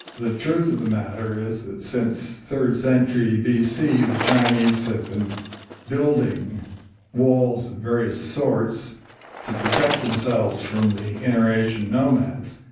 the truth of the matter is that since third century bc the chinese have been building walls of various sorts to protect themselves from the inner-asian nomads.